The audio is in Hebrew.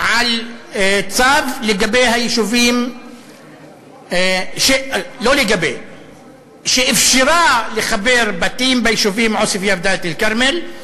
על צו שאפשר לחבר בתים ביישובים עוספיא ודאלית-אלכרמל.